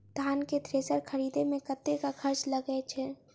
धान केँ थ्रेसर खरीदे मे कतेक खर्च लगय छैय?